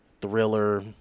thriller